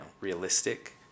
realistic